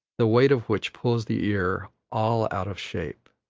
the weight of which pulls the ear all out of shape.